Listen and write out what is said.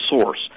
source